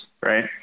right